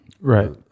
Right